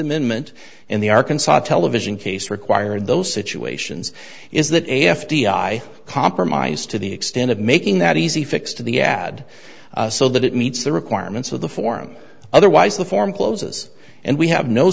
amendment and the arkansas television case required those situations is that f b i compromised to the extent of making that easy fix to the ad so that it meets the requirements of the form otherwise the form closes and we have no